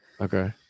okay